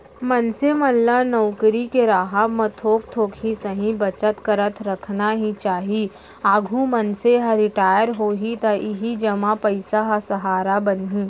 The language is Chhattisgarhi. मनसे मन ल नउकरी के राहब म थोक थोक ही सही बचत करत रखना ही चाही, आघु मनसे ह रिटायर होही त इही जमा पइसा ह सहारा बनही